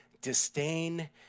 disdain